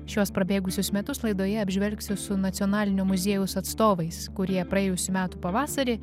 šiuos prabėgusius metus laidoje apžvelgsiu su nacionalinio muziejaus atstovais kurie praėjusių metų pavasarį